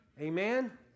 Amen